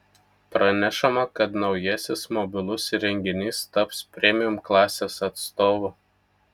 pranešama kad naujasis mobilus įrenginys taps premium klasės atstovu